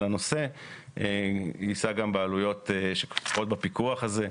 הנושא יישא גם בעלויות שכרוכות בפיקוח הזה.